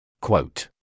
Quote